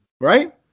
Right